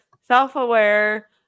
self-aware